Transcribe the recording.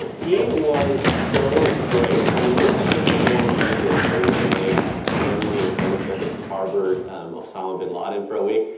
he was so great. so the most offensive ones i did were when the family and family circus harbored osama bin laden for a week,